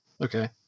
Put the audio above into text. Okay